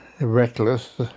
reckless